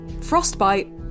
frostbite